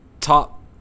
top